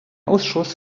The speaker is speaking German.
ausschuss